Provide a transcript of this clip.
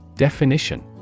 Definition